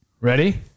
Ready